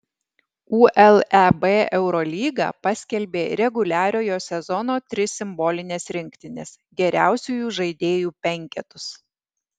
uleb eurolyga paskelbė reguliariojo sezono tris simbolines rinktines geriausiųjų žaidėjų penketus